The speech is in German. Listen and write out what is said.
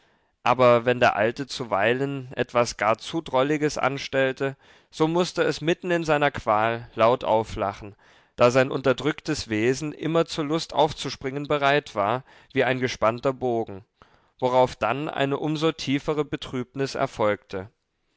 aber wenn der alte zuweilen etwas gar zu drolliges anstellte so mußte es mitten in seiner qual laut auflachen da sein unterdrücktes wesen immer zur lust aufzuspringen bereit war wie ein gespannter bogen worauf dann eine um so tiefere betrübnis erfolgte